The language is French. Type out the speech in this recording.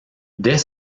dès